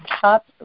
top